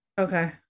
Okay